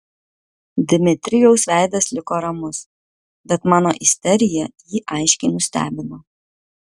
dmitrijaus veidas liko ramus bet mano isterija jį aiškiai nustebino